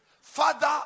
Father